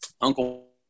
Uncle